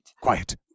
Quiet